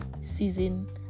season